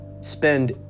spend